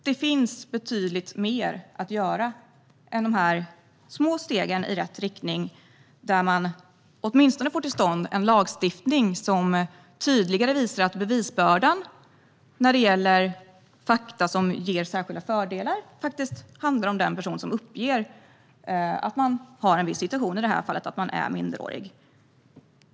Det finns betydligt mer att göra än dessa små steg i rätt riktning, där man åtminstone får till stånd en lagstiftning som tydligare visar att bevisbördan när det gäller fakta som ger särskilda fördelar ligger på den person som uppger att den befinner sig i en viss situation - i detta fall att den är minderårig.